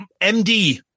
MD